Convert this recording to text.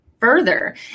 further